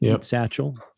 Satchel